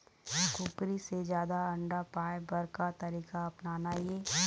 कुकरी से जादा अंडा पाय बर का तरीका अपनाना ये?